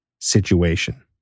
situation